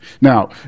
now